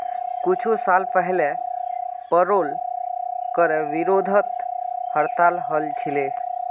कुछू साल पहले पेरोल करे विरोधत हड़ताल हल छिले